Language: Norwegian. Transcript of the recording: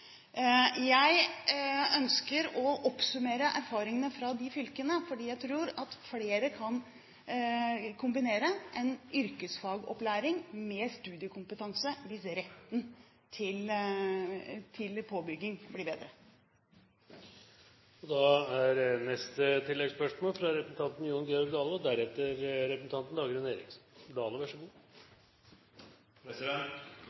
Jeg ønsker å oppsummere erfaringene fra de fylkene, fordi jeg tror at flere kan kombinere en yrkesfagopplæring med studiekompetanse hvis retten til påbygging blir bedre.